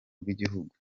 rw’igihugu